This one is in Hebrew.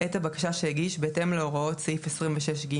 את הבקשה שהגיש בהתאם להוראות סעיף 26ג